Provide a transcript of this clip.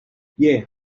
yeah